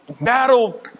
battle